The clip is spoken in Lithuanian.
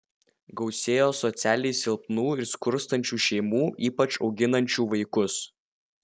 gausėjo socialiai silpnų ir skurstančių šeimų ypač auginančių vaikus